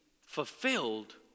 fulfilled